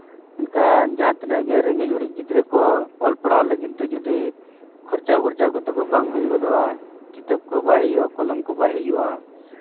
ᱮᱱᱠᱷᱟᱱ ᱡᱟᱦᱟᱸ ᱛᱤᱱᱟᱹᱜ ᱜᱮ ᱨᱮᱸᱜᱮᱡ ᱚᱨᱮᱡ ᱜᱤᱫᱽᱨᱟᱹ ᱠᱚ ᱚᱞ ᱯᱟᱲᱦᱟᱣ ᱛᱮ ᱞᱟᱹᱜᱤᱫ ᱡᱩᱫᱤ ᱠᱷᱚᱨᱪᱟᱼᱯᱷᱚᱨᱪᱟ ᱛᱟᱠᱚ ᱵᱟᱝ ᱦᱩᱭ ᱜᱚᱫᱚᱜ ᱠᱤᱛᱟᱹᱵᱽ ᱠᱚ ᱵᱟᱭ ᱦᱩᱭᱩᱜᱼᱟ ᱠᱚᱞᱚᱢ ᱠᱚ ᱵᱟᱭ ᱦᱩᱭᱩᱜᱼᱟ